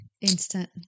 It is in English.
instant